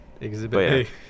Exhibit